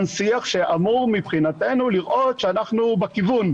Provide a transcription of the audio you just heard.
שיח שאמור מבחינתנו לראות שאנחנו בכיוון.